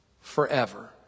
forever